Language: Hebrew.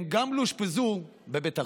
הם גם לא אושפזו בבית החולים,